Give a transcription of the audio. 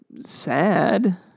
sad